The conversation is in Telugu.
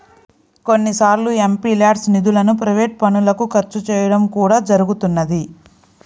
కొన్నిసార్లు ఎంపీల్యాడ్స్ నిధులను ప్రైవేట్ పనులకు ఖర్చు చేయడం కూడా జరుగుతున్నది